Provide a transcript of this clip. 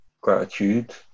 gratitude